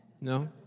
No